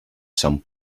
some